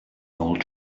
old